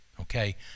okay